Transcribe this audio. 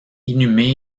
inhumé